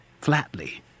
flatly